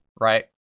right